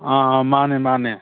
ꯑꯥ ꯃꯥꯅꯦ ꯃꯥꯅꯦ